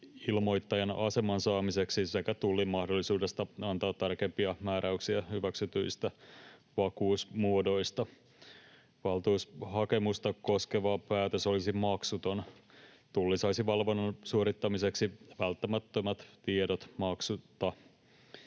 ilmoittajan aseman saamiseksi sekä Tullin mahdollisuudesta antaa tarkempia määräyksiä hyväksytyistä vakuusmuodoista. Valtuutushakemusta koskeva päätös olisi maksuton. Tulli saisi valvonnan suorittamiseksi välttämättömät tiedot maksutta.